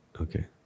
Okay